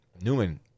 newman